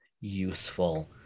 useful